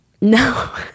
No